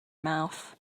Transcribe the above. mouth